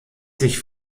sich